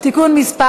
העונשין (תיקון מס'